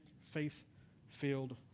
faith-filled